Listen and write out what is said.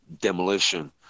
Demolition